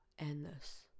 Endless